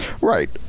Right